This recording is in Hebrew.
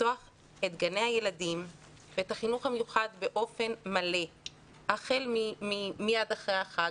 לפתוח את גני הילדים ואת החינוך המיוחד באופן מלא מיד אחרי החג?